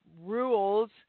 rules